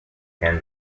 can